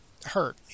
hurt